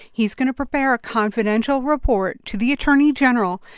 he's going to prepare a confidential report to the attorney general,